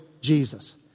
Jesus